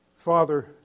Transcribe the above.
Father